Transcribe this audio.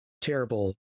terrible